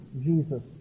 Jesus